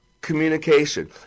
communication